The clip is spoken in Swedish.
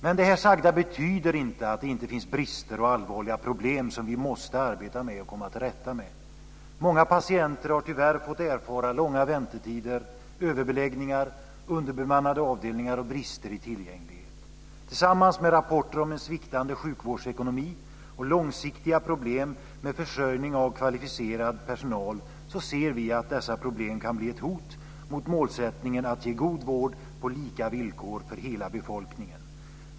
Men det här sagda betyder inte att det inte finns brister och allvarliga problem som vi måste arbeta med och komma till rätta med. Många patienter har tyvärr fått erfara långa väntetider, överbeläggningar, underbemannade avdelningar och brister i tillgängligheten. Tillsammans med rapporter om en sviktande sjukvårdsekonomi och långsiktiga problem med försörjning av kvalificerad personal ser vi att dessa problem kan bli ett hot mot målsättningen att ge god vård på lika villkor till hela befolkningen.